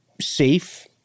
safe